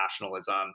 nationalism